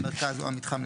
המרכז או המתחם,